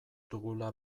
dugula